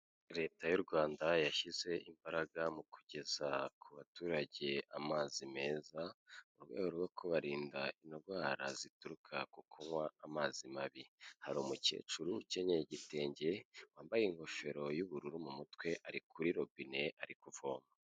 Leta y'u Rwanda yashyize imbaraga mu kugeza ku baturage amazi meza, mu rwego rwo kubarinda indwara zituruka ku kunywa amazi mabi. Hari umukecuru ukenyeye igitenge, wambaye ingofero y'ubururu mu mutwe, ari kuri robine, ari kuvoma.